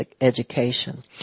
education